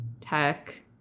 Tech